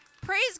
Praise